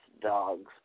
Dogs